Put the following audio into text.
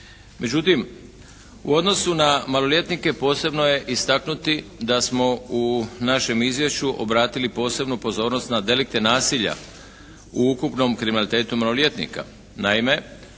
Međutim u odnosu na maloljetnike posebno je istaknuti da smo u našem izvješću obratili posebnu pozornost na delikte nasilja u ukupnom kriminalitetu maloljetnika.